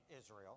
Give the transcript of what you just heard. Israel